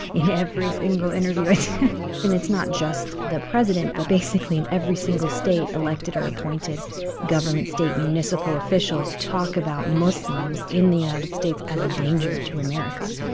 in every single interview and it's not just the president, but basically in every single state, elected or appointed government state municipal officials talk about muslims in the united states as a danger to america